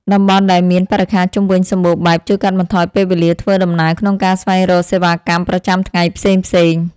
តំបន់ដែលមានបរិក្ខារជុំវិញសម្បូរបែបជួយកាត់បន្ថយពេលវេលាធ្វើដំណើរក្នុងការស្វែងរកសេវាកម្មប្រចាំថ្ងៃផ្សេងៗ។